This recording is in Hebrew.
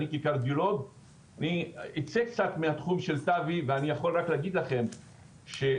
אני כקרדיולוג אצא קצת מהתחום של TAVI ואני אגיד לכם שבעיה